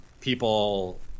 people